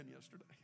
yesterday